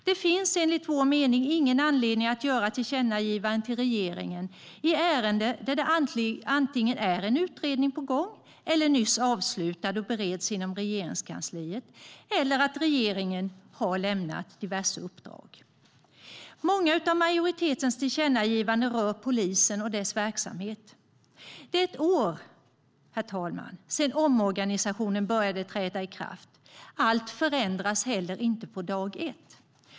Det finns enligt vår mening ingen anledning att göra tillkännagivanden till regeringen i ärenden där en utredning är på gång, där en utredning nyss är avslutad och bereds inom Regeringskansliet eller där regeringen har lämnat diverse uppdrag. Många av majoritetens tillkännagivanden rör polisen och dess verksamhet. Det är ett år sedan, herr talman, som omorganisationen trädde i kraft. Allt förändras inte dag ett.